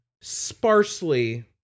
sparsely